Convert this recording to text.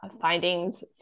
findings